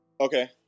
Okay